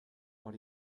but